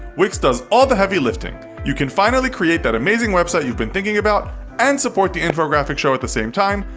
wix does all the heavy lifting. you can finally create that amazing website you've been thinking about and support the infographics show at the same time,